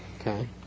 Okay